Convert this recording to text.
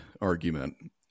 argument